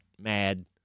mad